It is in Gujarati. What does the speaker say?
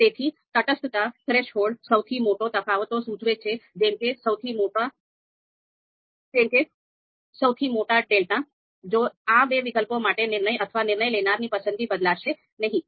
તેથી તટસ્થતા થ્રેશોલ્ડ સૌથી મોટા તફાવતો સૂચવે છે જેમ કે સૌથી મોટા ડેલ્ટા જે આ બે વિકલ્પો માટે નિર્ણય અથવા નિર્ણય લેનારની પસંદગી બદલશે નહીં